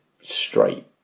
straight